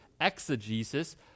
exegesis